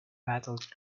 battled